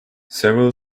several